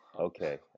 okay